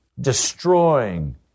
destroying